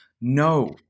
no